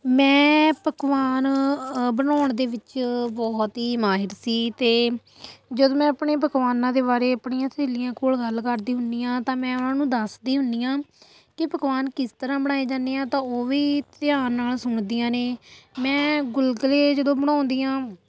ਮੈਂ ਪਕਵਾਨ ਬਣਾਉਣ ਦੇ ਵਿੱਚ ਬਹੁਤ ਹੀ ਮਾਹਿਰ ਸੀ ਅਤੇ ਜਦੋਂ ਮੈਂ ਆਪਣੇ ਪਕਵਾਨਾਂ ਦੇ ਬਾਰੇ ਆਪਣੀਆਂ ਸਹੇਲੀਆਂ ਕੋਲ ਗੱਲ ਕਰਦੀ ਹੁੰਦੀ ਹਾਂ ਤਾਂ ਮੈਂ ਉਹਨਾਂ ਨੂੰ ਦੱਸਦੀ ਹੁੰਦੀ ਹਾਂ ਕਿ ਪਕਵਾਨ ਕਿਸ ਤਰ੍ਹਾਂ ਬਣਾਏ ਜਾਂਦੇ ਹਾਂ ਤਾਂ ਉਹ ਵੀ ਧਿਆਨ ਨਾਲ ਸੁਣਦੀਆਂ ਨੇ ਮੈਂ ਗੁਲਗਲੇ ਜਦੋਂ ਬਣਾਉਂਦੀ ਹਾਂ